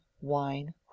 wine